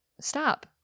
Stop